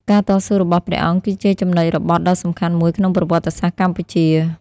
ការតស៊ូរបស់ព្រះអង្គគឺជាចំណុចរបត់ដ៏សំខាន់មួយក្នុងប្រវត្តិសាស្ត្រកម្ពុជា។